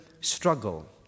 struggle